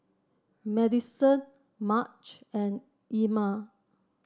Madyson Marge and Ilma